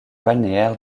balnéaire